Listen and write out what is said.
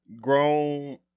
grown